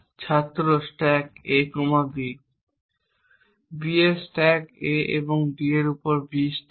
ছাত্র stack A B B এ stack A এবং D এর উপর B স্ট্যাক